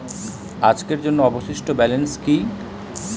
আজকের জন্য অবশিষ্ট ব্যালেন্স কি?